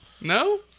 No